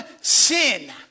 sin